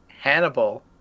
Hannibal